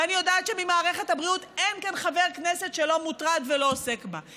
ואני יודעת שממערכת הבריאות אין כאן חבר כנסת שלא מוטרד ולא עוסק בה.